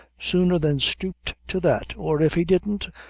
sooner than stoop to that, or if he didn't,